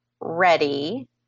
ready